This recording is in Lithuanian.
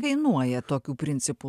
kainuoja tokių principų